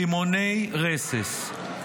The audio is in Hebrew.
רימוני רסס,